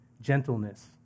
gentleness